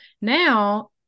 now